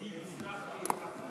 סגן השר מסכם את הדיון,